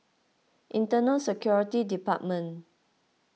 Internal Security Department